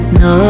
no